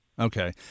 Okay